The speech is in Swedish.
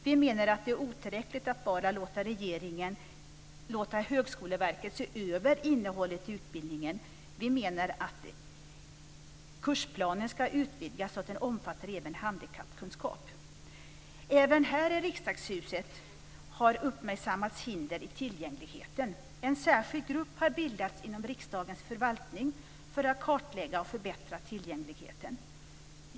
Vi menar att det är otillräckligt att regeringen låter Högskoleverket endast se över innehållet i utbildningen. Vi menar att kursplanerna ska utvidgas så att de även omfattar handikappkunskap. Även här i riksdagshuset har uppmärksammats hinder i tillgängligheten. En särskild grupp har bildats inom riksdagens förvaltning för att kartlägga och förbättra tillgängligheten.